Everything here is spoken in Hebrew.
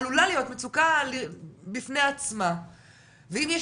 עלולה להיות מצוקה בפני עצמה ואם יש